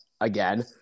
again